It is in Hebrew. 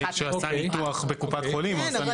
מי שעשה ניתוח בקופת חולים או עשה ניתוח ב --- כן,